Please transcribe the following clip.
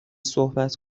صحبت